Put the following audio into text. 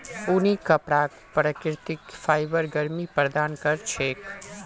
ऊनी कपराक प्राकृतिक फाइबर गर्मी प्रदान कर छेक